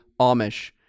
Amish